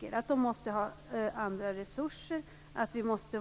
Det är möjligt att de måste ha andra resurser, att vi måste